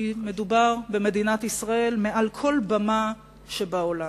כי מדובר במדינת ישראל מעל כל במה שבעולם.